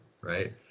right